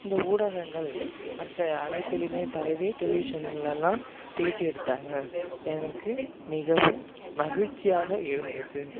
இந்த ஊடகங்கள் மற்ற அனைத்துலேயுமே பரவி டெலிவிஷன்கள்லலாம் பேட்டி எடுத்தாங்கள் எனக்கு மிகவும் மகிழ்ச்சியாக இருந்தது